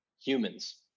humans